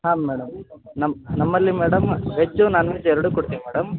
ಹಾಂ ಮೇಡಮ್ ನಮ್ಮ ನಮ್ಮಲ್ಲಿ ಮೇಡಮ್ ವೆಜ್ ನಾನ್ ವೆಜ್ ಎರಡೂ ಕೊಡ್ತೀವಿ ಮೇಡಮ್